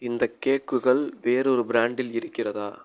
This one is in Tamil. இந்த கேக்குகள் வேறொரு பிராண்டில் இருக்கிறதா